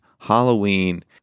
Halloween